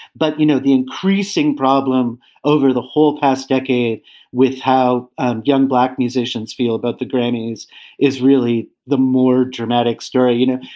but, you know, the increasing problem over the whole past decade with how young black musicians feel about the grammys is really the more dramatic story. you know,